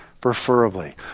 Preferably